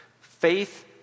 Faith